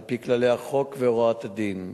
על-פי כללי החוק והוראת הדין.